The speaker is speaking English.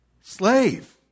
slave